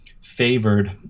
favored